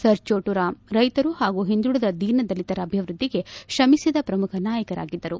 sir Chhotu Ram ರೈತರು ಹಾಗೂ ಹಿಂದುಳದ ದೀನದಲಿತರ ಅಭಿವೃದ್ಧಿಗೆ ಶ್ರಮಿಸಿದ ಪ್ರಮುಖ ನಾಯಕರಾಗಿದ್ದರು